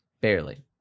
barely